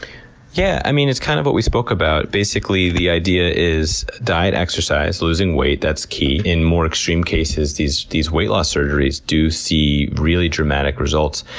yeah it's kind of what we spoke about. basically, the idea is diet, exercise, losing weight, that's key. in more extreme cases, these these weight loss surgeries do see really dramatic results.